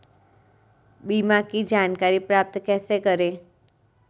बीमा की जानकारी प्राप्त कैसे करें?